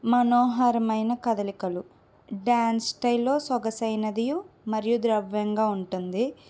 మనోహరమైన కదలికలు డాన్స్ స్టైల్లో సొగసైనదియు మరియు ద్రవ్యంగా ఉంటుంది